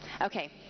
Okay